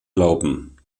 glauben